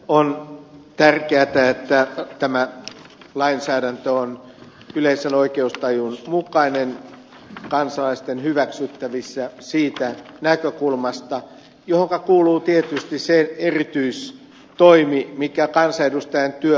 on tärkeätä että tämä lainsäädäntö on yleisen oikeustajun mukainen kansalaisten hyväksyttävissä siitä näkökulmasta mihinkä kuuluu tietysti se erityistoimi mikä kansanedustajan työ on